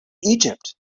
egypt